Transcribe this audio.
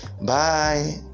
bye